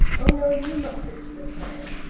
oh no! you must fix the time.